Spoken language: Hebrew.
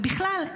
ובכלל,